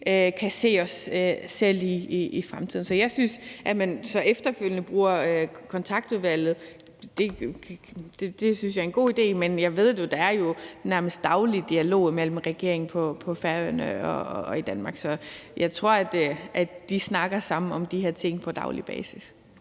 kan se sig selv i i fremtiden. At man så efterfølgende bruger Kontaktudvalget, synes jeg er en god idé, men jeg ved jo, at der nærmest dagligt er dialog mellem regeringerne på Færøerne og i Danmark, så jeg tror, at de snakker sammen om de her ting på daglig basis.